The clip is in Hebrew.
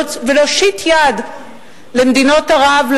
ולהושיט יד למדינות ערב,